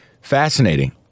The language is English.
fascinating